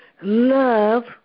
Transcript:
love